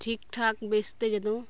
ᱴᱷᱤᱠ ᱴᱷᱟᱠ ᱵᱮᱥᱛᱮ ᱡᱮᱱᱚ